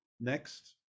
next